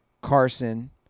Carson